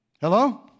Hello